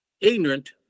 ignorant